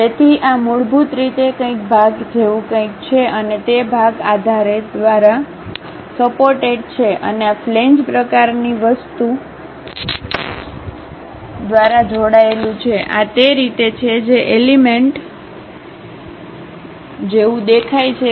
તેથી આ મૂળભૂત રીતે કંઈક ભાગ જેવું કંઈક છે અને તે ભાગ આધાર દ્વારા સપોર્ટેડ છે અને આ ફ્લેંજ પ્રકારની વસ્તુ દ્વારા જોડાયેલું છે આ તે રીતે છે જે એલિમેન્ટ જેવું દેખાય છે